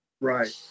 Right